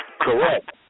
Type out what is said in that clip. Correct